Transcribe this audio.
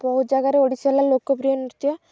ବହୁତ ଜାଗାରେ ଓଡ଼ିଶାଲା ଲୋକପ୍ରିୟ ନୃତ୍ୟ